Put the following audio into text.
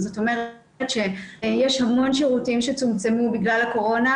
זאת אומרת שיש המון שירותים שצומצמו בגלל הקורונה